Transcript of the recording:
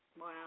Wow